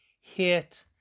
hit